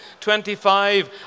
25